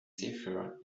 safer